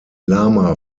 lama